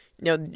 Now